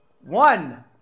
One